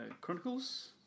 chronicles